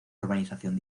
urbanización